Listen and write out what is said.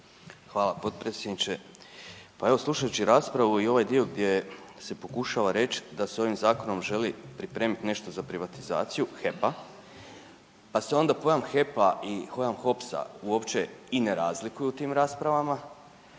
Hvala potpredsjedniče. Pa evo slušajući raspravu i ovaj dio gdje se pokušava reći da se ovim zakonom želi pripremiti nešto za privatizaciju HEP-a, pa se onda pojam HEP-a i pojam HOPS-a i ne razlikuje u tim raspravama